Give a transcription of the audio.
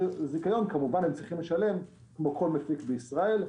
- כמובן הם צריכים לשלם כמו כל מפיק בישראל,